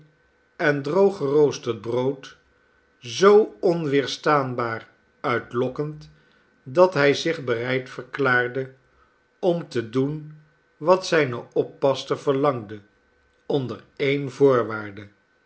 en droog geroosterd brood zoo onweerstaanbaar uitlokkend dat hij zich bereid verklaarde om te doen wat zijne oppasster verlangde onder eene voorwaarde